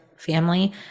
family